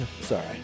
Sorry